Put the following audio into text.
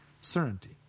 certainty